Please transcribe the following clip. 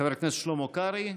חבר הכנסת שלמה קרעי,